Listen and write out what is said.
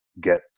get